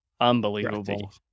unbelievable